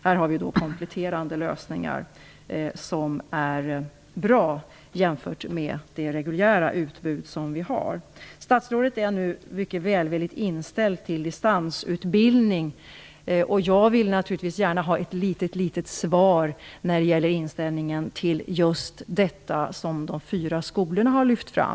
Här finns det kompletterande lösningar som är bra jämfört med det reguljära utbud som finns. Statsrådet är nu välvilligt inställd till distansutbildning. Jag vill naturligtvis gärna ha ett litet svar på frågan om inställningen till det som de fyra skolorna har lyft fram.